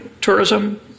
tourism